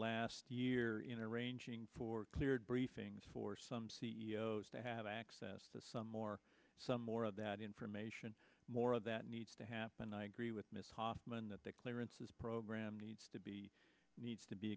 last year in arranging for cleared briefings for some c e o s to have access to some more some more of that information more that needs to happen i agree with mr kaufman that the clearances program needs to be needs to be